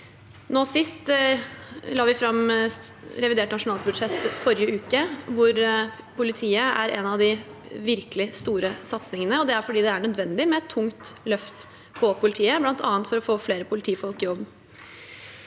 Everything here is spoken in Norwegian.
Vi la fram revidert nasjonalbudsjett forrige uke, hvor politiet er en av de virkelig store satsingene, og det er fordi det er nødvendig med et tungt løft for politiet, bl.a. for å få flere politifolk i jobb.